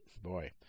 boy